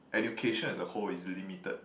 education as a whole is limited